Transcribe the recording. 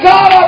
God